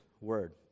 word